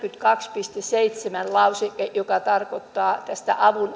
neljäkymmentäkaksi piste seitsemän lauseke joka tarkoittaa avun